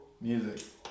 Music